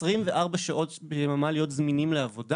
24 שעות ביממה להיות זמינים לעבודה